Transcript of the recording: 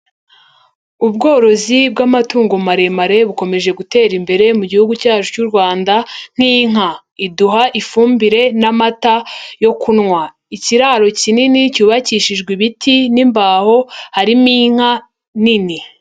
Ubworozi bw'amatungo maremare bukomeje gutera imbere mu gihugu cyacu cy'u Rwanda, nk'inka iduha ifumbire n'amata yo kunywa, ikiraro kinini cyubakishijwe ibiti n'imbaho harimo inka nini.